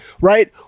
Right